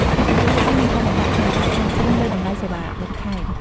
អតិថិជនខ្លះមានការលំបាកក្នុងការព្រមព្រៀងលើតម្លៃសេវាបន្ថែម។